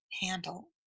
handle